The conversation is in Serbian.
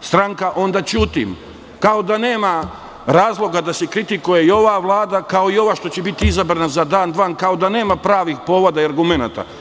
stranka onda ćutim, kao da nema razloga da se kritikuje i ova vlada, kao i ova što će biti izabrana za dan, dva, kao da nema pravih povoda i argumenata.